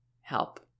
help